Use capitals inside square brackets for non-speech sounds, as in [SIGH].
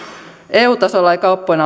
eu tasolla ei kauppojen [UNINTELLIGIBLE]